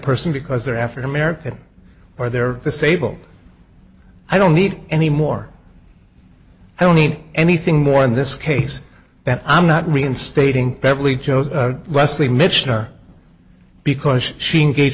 person because they're african american or they're disabled i don't need anymore i don't need anything more in this case that i'm not reinstating beverly chose wesley mission or because she gave